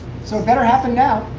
so it better happen now.